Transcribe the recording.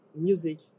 music